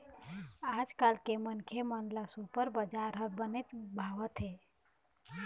आजकाल के मनखे मन ल सुपर बजार ह बनेच भावत हे